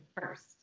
first